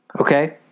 Okay